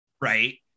Right